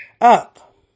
up